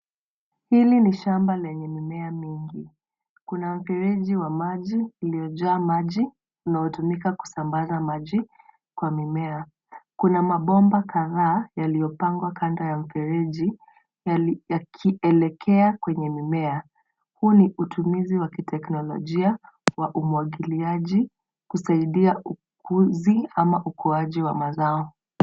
Hili ni shamba lenye mimea mingi. Kuna mfereji wa maji iliyojaa maji inayotumika kusambaza maji kwa mimea. Kuna mabomba kadhaa yaliyopangwa kando ya mfereji yakielekea kwenye mimea. Huu ni utumizi wa kiteknolojia wa umwagiliaji kusaidia ukuzi au ukuaji wa mazao.